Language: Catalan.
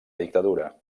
dictadura